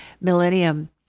Millennium